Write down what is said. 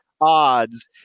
odds